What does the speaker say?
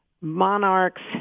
monarchs